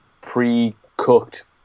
pre-cooked